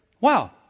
wow